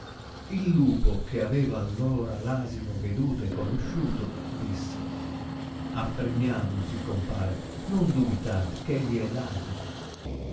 il lupo che aveva allora l asino veduto e conosciuto disse affermiamosi compare non dubitate ch'egli è